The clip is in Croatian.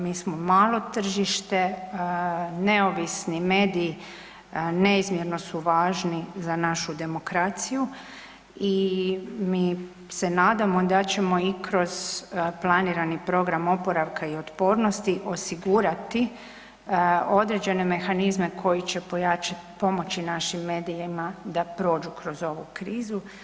Mi smo malo tržište, neovisni mediji neizmjerno su važni za našu demokraciju i mi se nadamo da ćemo i kroz planirani program oporavka i otpornosti osigurati određene mehanizme koji će pomoći našim medijima da prođu kroz ovu krizu.